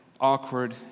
awkward